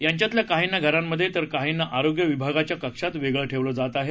त्यांच्यातल्या काहींना घरांमध्ये तर काहींना आरोग्य विभागाच्या कक्षात वेगळे ठेवले जात आहे